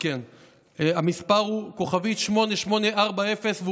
המספר הוא 8840*,